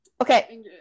Okay